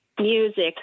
music